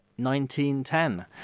1910